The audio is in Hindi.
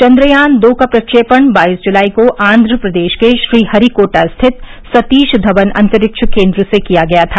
चन्द्रयान दो का प्रेक्षपण बाईस जुलाई को आन्द्रप्रदेश के श्रीहरिकोटा स्थित सतीश धवन अंतरिक्ष केन्द्र से किया गया था